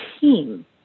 team